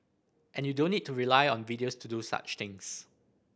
and you don't need to rely on videos to do such things